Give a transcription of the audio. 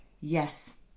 Yes